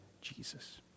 Jesus